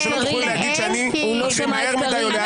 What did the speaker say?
כדי שלא תוכלו להגיד שאני מקריא מהר מדיי או לאט מדיי.